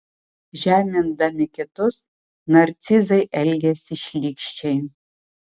žemindami kitus narcizai elgiasi šlykščiai